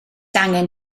angen